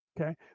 Okay